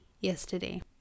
yesterday